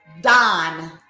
Don